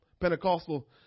Pentecostal